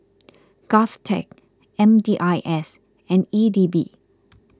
Govtech M D I S and E D B